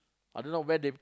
I don't know where they